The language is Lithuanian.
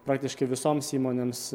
praktiškai visoms įmonėms